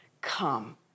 come